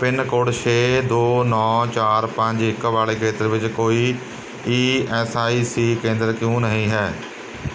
pin code ਛੇ ਦੋ ਨੌ ਚਾਰ ਪੰਜ ਇੱਕ ਵਾਲੇ ਖੇਤਰ ਵਿੱਚ ਕੋਈ ਈ ਐੱਸ ਆਈ ਸੀ ਕੇਂਦਰ ਕਿਉਂ ਨਹੀਂ ਹੈ